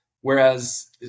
whereas